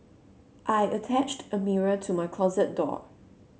I attached a mirror to my closet door